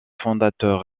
fondateur